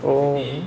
oh